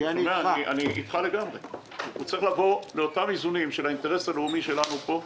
הוא צריך לבוא לאותם איזונים של האינטרס הלאומי שלנו פה.